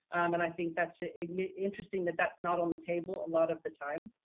and i think that's it interesting that that's not on the table a lot of the time,